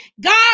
God